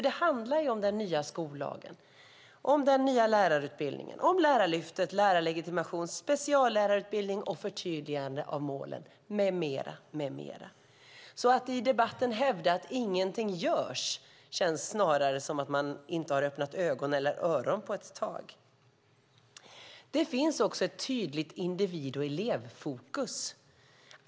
Det handlar om den nya skollagen, den nya lärarutbildningen, Lärarlyftet, lärarlegitimationer, speciallärarutbildning, förtydligande av målen med mera. När det i debatten hävdas att ingenting görs känns det snarare som att man inte har öppnat ögon eller öron på ett tag. Det finns också ett tydligt individ och elevfokus.